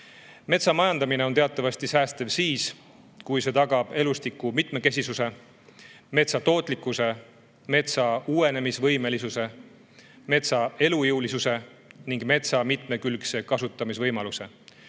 Metsamajandamine on teatavasti säästev siis, kui see tagab elustiku mitmekesisuse, metsa tootlikkuse, metsa uuenemisvõimelisuse, metsa elujõulisuse ning metsa mitmekülgse kasutamise võimaluse,